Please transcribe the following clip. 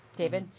david?